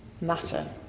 matter